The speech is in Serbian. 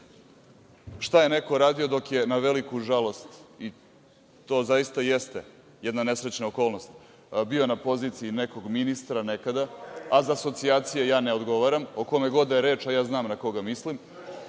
Šta je neko radio dok je, na veliku žalost i to zaista jeste jedna nesrećna okolnost, bio na poziciji nekog ministra nekada, a za asocijacije ja ne odgovaram, o kome god da je reč, a ja znam na koga mislim.